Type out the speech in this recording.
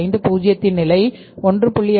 50 இன் நிலை 1